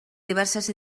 diverses